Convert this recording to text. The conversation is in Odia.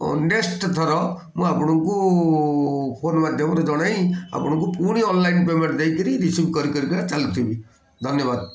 ଥର ମୁଁ ଆପଣଙ୍କୁ ଫୋନ୍ ମାଧ୍ୟମରେ ଜଣାଇ ଆପଣଙ୍କୁ ପୁଣି ଅନଲାଇନ୍ ପେମେଣ୍ଟ ଦେଇକରି ରିସିଭ୍ କରି କରିକା ଚାଲୁଥିବି ଧନ୍ୟବାଦ